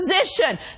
position